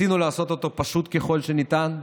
ניסינו לעשות אותו פשוט ככל שניתן,